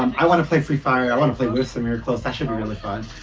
um i want to play free fire i want to play with samira close! that should be really fun!